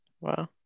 Wow